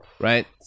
Right